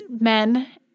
men